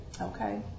Okay